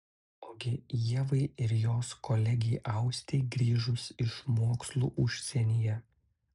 ogi ievai ir jos kolegei austei grįžus iš mokslų užsienyje